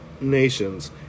nations